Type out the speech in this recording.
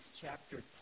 chapter